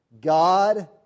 God